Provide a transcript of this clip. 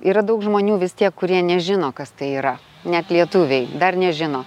yra daug žmonių vis tie kurie nežino kas tai yra net lietuviai dar nežino